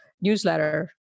newsletter